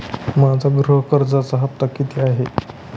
माझ्या गृह कर्जाचा हफ्ता किती आहे?